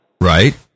right